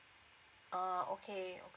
oh okay